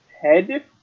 head